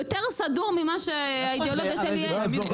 יותר סדור ממה שהאידיאולוגיה שלי, אין.